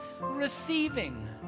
receiving